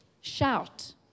shout